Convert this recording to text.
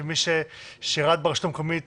כמי ששירת ברשות המקומית